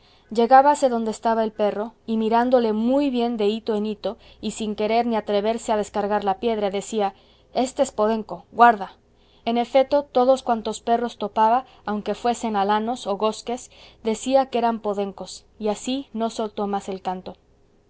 carga llegábase donde estaba el perro y mirándole muy bien de hito en hito y sin querer ni atreverse a descargar la piedra decía este es podenco guarda en efeto todos cuantos perros topaba aunque fuesen alanos o gozques decía que eran podencos y así no soltó más el canto